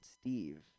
Steve